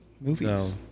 movies